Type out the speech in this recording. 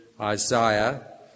Isaiah